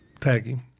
tagging